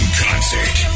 concert